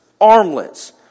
armlets